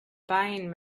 buying